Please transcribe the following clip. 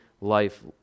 life